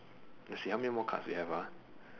let's see how many more cards we have ah